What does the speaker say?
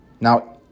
Now